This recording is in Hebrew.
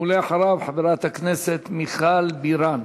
ואחריו, חברת הכנסת מיכל בירן.